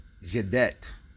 Jedet